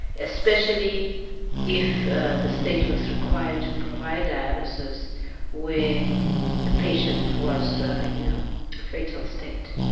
especially if the state was required to provide dialysis where the patient was in a fatal state.